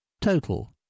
Total